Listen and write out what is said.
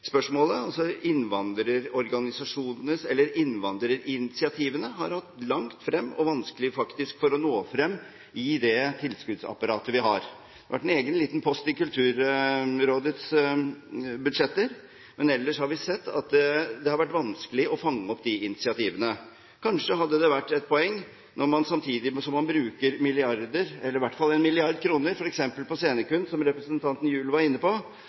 altså innvandrerorganisasjonene: Innvandrerinitiativene har hatt lang vei og faktisk vanskelig for å nå frem i det tilskuddsapparatet vi har. Det har vært en egen liten post i Kulturrådets budsjetter, men ellers har vi sett at det har vært vanskelig å fange opp de initiativene. Kanskje hadde det vært et poeng at man, når man samtidig som man bruker milliarder – eller i hvert fall én milliard kroner – på f.eks. scenekunst, som representanten Gjul var inne på,